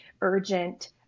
urgent